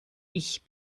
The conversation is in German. ich